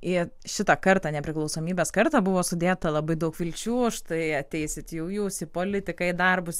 į šitą kartą nepriklausomybės kartą buvo sudėta labai daug vilčių štai ateisit jau jūs į politiką į darbus